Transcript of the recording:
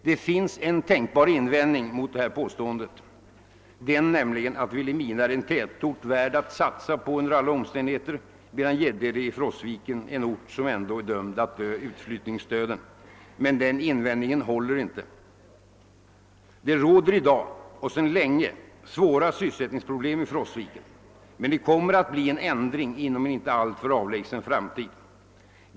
Det finns en tänkbar invändning mot det här påståendet, nämligen den att Vilhelmina är en tätort värd att satsa på under alla omständigheter, medan Gäddede i Frostviken ändå är dömt att dö utflyttningsdöden. Men den invändningen håller inte. Det råder i dag sedan länge svåra sysselsättningsproblem i Frostviken, men det kommer att bli en ändring inom en inte alltför avlägsen framtid.